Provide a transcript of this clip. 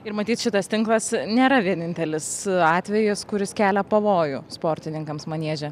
ir matyt šitas tinklas nėra vienintelis atvejis kuris kelia pavojų sportininkams manieže